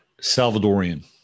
Salvadorian